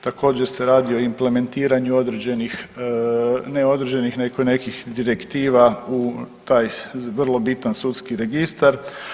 Također se radi o implementiranju određenih, ne određenih nego nekih direktiva u taj vrlo bitan sudski registar.